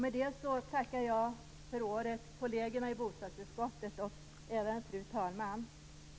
Med detta tackar jag kollegerna i bostadsutskottet och fru talmannen för detta år.